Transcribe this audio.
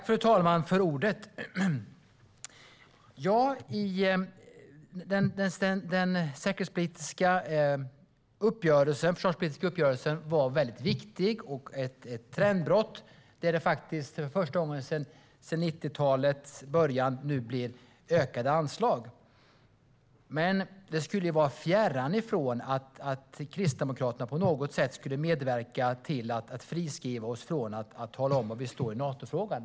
Fru talman! Den försvarspolitiska uppgörelsen var väldigt viktig och ett trendbrott. Det var första gången sedan 90-talets början som det blev ökade anslag. Men det är fjärran från att Kristdemokraterna på något sätt skulle medverka till att friskriva oss från att tala om var vi står i Natofrågan.